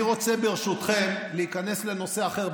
אני רוצה, ברשותכם, להיכנס לנושא אחר.